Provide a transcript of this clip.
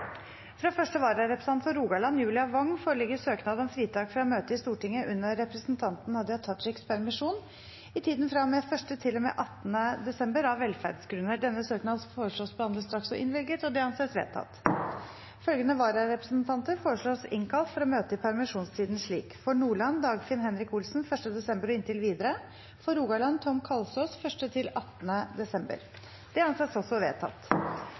Fra første vararepresentant for Rogaland, Julia Wong , foreligger søknad om fritak fra å møte i Stortinget under representanten Hadia Tajiks permisjon i tiden fra og med 1. desember til og med 18. desember av velferdsgrunner. Etter forslag fra presidenten ble enstemmig besluttet: Søknadene behandles straks og innvilges. Følgende vararepresentanter innkalles for å møte i permisjonstiden slik: For Nordland: Dagfinn Henrik Olsen 1. desember og inntil videre For Rogaland: Tom Kalsås 1.–18. desember Dagfinn Henrik Olsen og Tom Kalsås er til